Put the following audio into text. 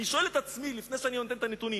אני שואל את עצמי, לפני שאני נותן את הנתונים,